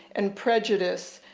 and prejudice,